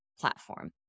platform